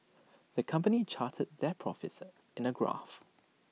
the company charted their profits in A graph